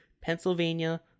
Pennsylvania